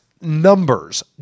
Numbers